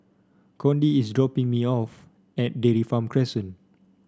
Cody is dropping me off at Dairy Farm Crescent